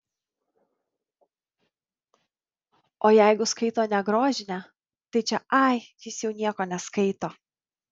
o jeigu skaito ne grožinę tai čia ai jis jau nieko neskaito